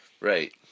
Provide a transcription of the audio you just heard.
Right